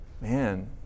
man